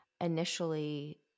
initially